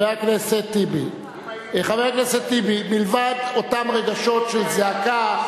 חבר הכנסת טיבי, מלבד אותם רגשות של זעקה,